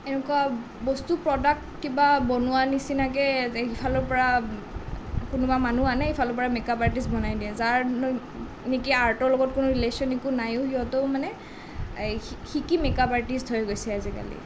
এনেকুৱা বস্তু প্ৰডাক্ট কিবা বনোৱা নিচিনাকৈ ইফালৰ পৰা কোনোবা মানুহ আনে সিফালৰ পৰা মেকআপ আৰ্টিষ্ট বনাই দিয়ে যাৰ নেকি আৰ্টৰ লগত কোনো ৰিলেশ্বন একো নাইও সিহঁতৰ মানে শিকি মেকআপ আৰ্টিষ্ট হৈ গৈছে আজিকালি